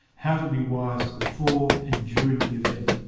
how to be wise before and during the event.